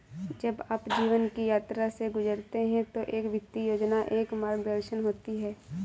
जब आप जीवन की यात्रा से गुजरते हैं तो एक वित्तीय योजना एक मार्गदर्शन होती है